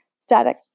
Static